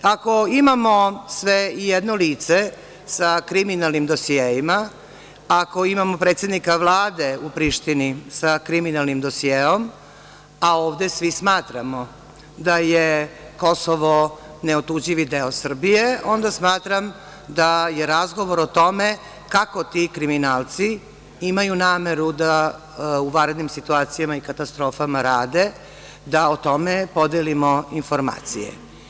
Ako imamo sve jedno lice sa kriminalnim dosijeima, ako imamo predsednika Vlade u Prištini sa kriminalnim dosijeom, a ovde svi smatramo da je Kosovo neotuđivi deo Srbije, onda smatram da je razgovor o tome kako ti kriminalci imaju nameru da u vanrednim situacijama i katastrofama rade, da o tome podelimo informacije.